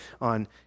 on